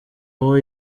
uwo